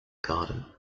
garden